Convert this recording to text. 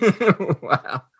Wow